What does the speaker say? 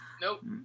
nope